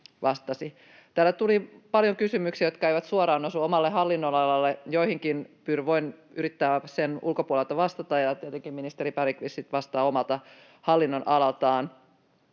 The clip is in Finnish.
Täällä tuli paljon kysymyksiä, jotka eivät suoraan osu omalle hallinnonalalleni. Joihinkin voin yrittää sen ulkopuolelta vastata, ja tietenkin ministeri Bergqvist sitten vastaa omalta hallinnonalaltaan.